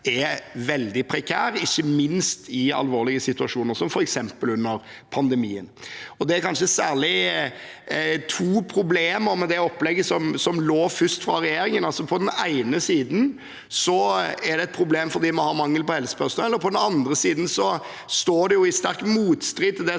er veldig prekær, ikke minst i alvorlige situasjoner, som f.eks. under pandemien. Det er kanskje særlig to problemer med det opplegget som først forelå fra regjeringen. På den ene siden er det et problem fordi man har mangel på helsepersonell, og på den andre siden står det i sterk motstrid til det